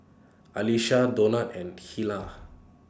Alisha Donat and Hilah